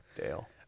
Dale